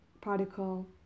particle